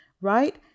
right